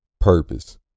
Purpose